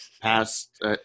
past –